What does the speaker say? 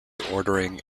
ordering